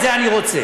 את זה אני רוצה.